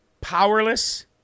powerless